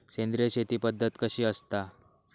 सेंद्रिय शेती पद्धत कशी असता?